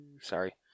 Sorry